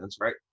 right